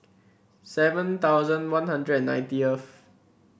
seven thousand One Hundred and ninetieth